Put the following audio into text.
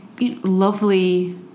lovely